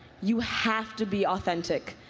you have to be authentic.